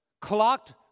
clocked